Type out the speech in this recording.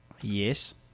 Yes